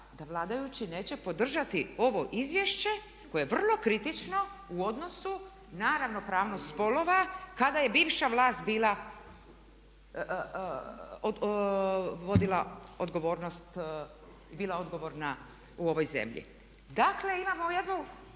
da vladajući neće podržati ovo izvješće koje je vrlo kritično u odnosu na ravnopravnost spolova kada je bivša vlast vodila odgovornost i bila odgovorna u ovoj zemlji. Dakle imamo jednu